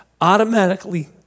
automatically